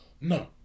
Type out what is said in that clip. No